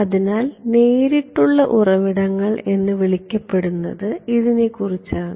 അതിനാൽ നേരിട്ടുള്ള ഉറവിടങ്ങൾ എന്ന് വിളിക്കപ്പെടുന്നത് ഇതിനെക്കുറിച്ചാണ്